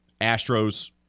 Astros